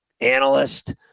analyst